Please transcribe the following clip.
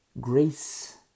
grace